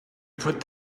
put